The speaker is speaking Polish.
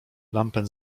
lampę